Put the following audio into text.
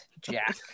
Jack